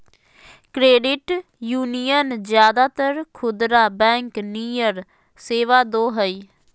credit union ज्यादातर खुदरा bank नियर सेवा दो हइ